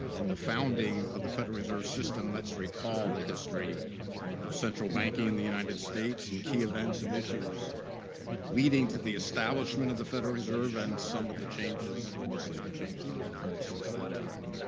and the founding of the federal reserve system, let's recall the history of central banking in the united states and key events and issues leading to the establishment of the federal reserve and some of the changes legislative changes that occurred since that time.